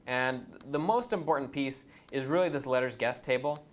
and the most important piece is really this lettersguessed table,